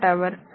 కాబట్టి 100 1